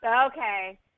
Okay